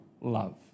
love